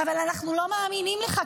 אבל אנחנו לא מאמינים לך,